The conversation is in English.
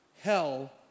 hell